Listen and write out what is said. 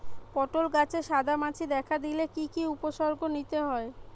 পটল গাছে সাদা মাছি দেখা দিলে কি কি উপসর্গ নিতে হয়?